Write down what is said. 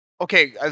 Okay